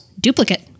duplicate